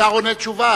השר נותן תשובה.